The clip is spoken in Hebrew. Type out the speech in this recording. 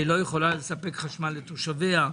שלא יכולה לספק חשמל לתושביה.